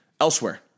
elsewhere